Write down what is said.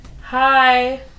Hi